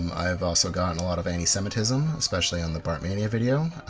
um i've ah so gotten a lot of anti-semitism, especially on the bartmania video,